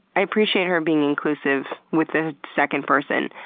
i appreciate her being inclusive with the second person,